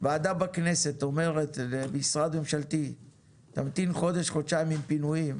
ועדה בכנסת אומרת למשרד ממשלתי תמתין חודש חודשיים עם פינויים,